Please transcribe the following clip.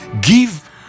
give